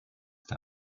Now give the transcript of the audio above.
der